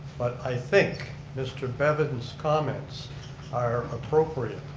but, i think mr. bevan's comments are appropriate,